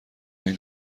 این